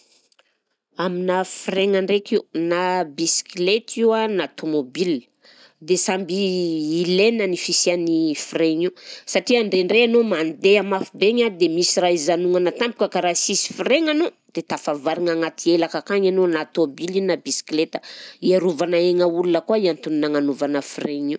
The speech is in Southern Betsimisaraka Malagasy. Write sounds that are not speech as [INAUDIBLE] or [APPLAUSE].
[NOISE] Aminà frein-gna ndraika io na bisikileta io a na tômôbila dia samby ilaina ny fisian'ny frein-gna io satria ndraindray ianao mandeha mafy be igny a dia misy raha izanognana tampoka ka raha sisy frein-gna anao dia tafavarigna agnaty elaka akagny anao na tômôbila io na bisikileta, iarovana aigna olona koa i antony nagnanovana frein-gna io.